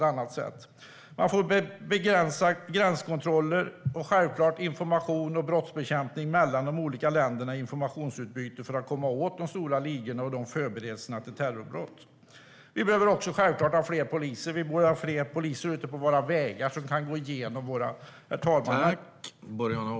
Man borde ha hårdare gränskontroller, utbyte av information och brottsbekämpning mellan de olika länderna för att komma åt de stora ligorna och de som förbereder terrorbrott. Det borde också finnas fler poliser ute på vägarna.